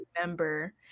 remember